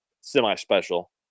semi-special